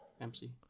MC